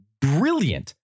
brilliant